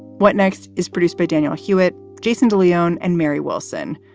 what next is produced by daniel hewitt, jason de leon and mary wilson.